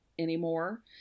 Anymore